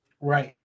Right